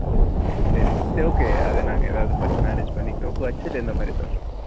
ஓ சரி சார் சரி ஓகே அது நாங்கள் ஏதாவது பண் மேனேஜ் பண்ணிக்கிறோம் பட்ஜெட் என்ன மாதிரி சார் இருக்கும்